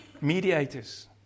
Mediators